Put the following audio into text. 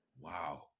wow